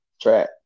track